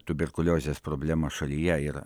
tuberkuliozės problemą šalyje ir